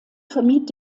vermied